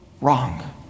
wrong